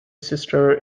sister